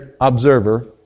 observer